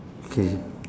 okay